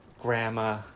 grandma